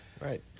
Right